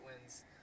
wins